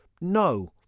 no